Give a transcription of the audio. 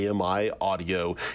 AMI-audio